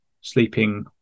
sleeping